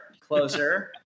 closer